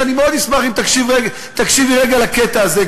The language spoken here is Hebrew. שמאוד אשמח אם תקשיבי רגע לקטע הזה,